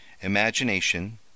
Imagination